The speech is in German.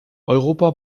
europa